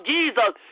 Jesus